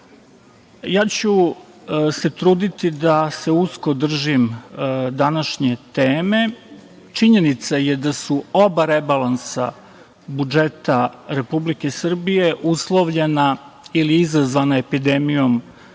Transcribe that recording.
ja ću se truditi da se usko držim današnje teme. Činjenica je da su oba rebalansa budžeta Republike Srbije uslovljena ili izazvana epidemijom